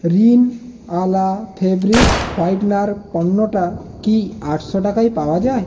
রিন আলা fabric whitener পণ্যটা কি আটশো টাকায় পাওয়া যায়